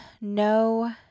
no